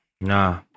Nah